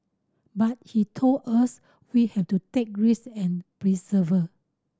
but he told us we have to take risk and persevere